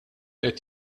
qed